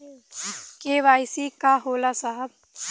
KYC का होला साहब?